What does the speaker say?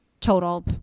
total